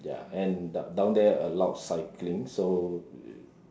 ya and down down there allowed cycling so